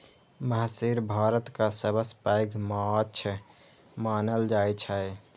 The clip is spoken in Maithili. महसीर भारतक सबसं पैघ माछ मानल जाइ छै